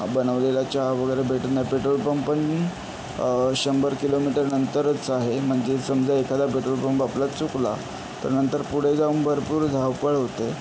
बनवलेला चहा वगैरे भेटत नाही पेट्रोल पंप पण शंभर किलोमीटरनंतरच आहे म्हणजे समजा एखादा पेट्रोल पंप आपला चुकला तर नंतर पुढे जाऊन भरपूर धावपळ होते